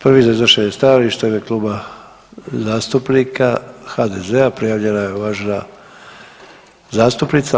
Prvi za iznošenje stajališta u ime Kluba zastupnika HDZ-a prijavljena je uvažena zastupnica